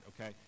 okay